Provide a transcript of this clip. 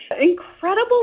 Incredible